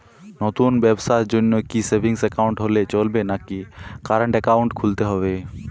নতুন ব্যবসার জন্যে কি সেভিংস একাউন্ট হলে চলবে নাকি কারেন্ট একাউন্ট খুলতে হবে?